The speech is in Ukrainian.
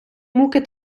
муки